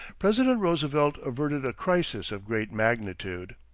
president roosevelt averted a crisis of great magnitude.